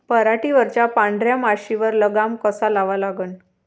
पराटीवरच्या पांढऱ्या माशीवर लगाम कसा लावा लागन?